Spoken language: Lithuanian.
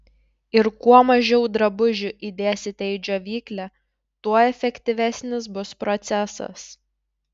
ir kuo mažiau drabužių įdėsite į džiovyklę tuo efektyvesnis bus procesas